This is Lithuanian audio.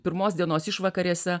pirmos dienos išvakarėse